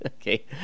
okay